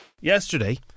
Yesterday